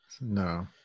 No